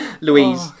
Louise